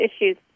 issues